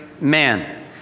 man